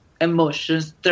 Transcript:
emotions